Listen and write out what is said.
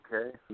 okay